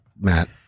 Matt